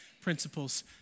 principles